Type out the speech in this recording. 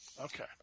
Okay